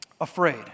afraid